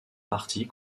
partie